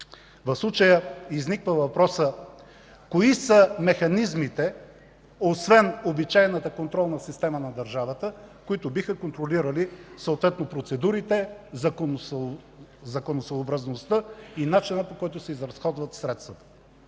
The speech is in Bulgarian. В случая изниква въпросът: кои са механизмите, освен обичайната контролна система на държавата, които биха контролирали съответно процедурите, законосъобразността и начина, по който се изразходват средствата?